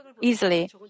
easily